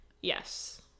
yes